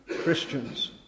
Christians